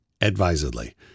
advisedly